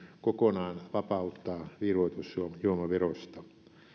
kokonaan vapauttaa virvoitusjuomaverosta